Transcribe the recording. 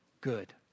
good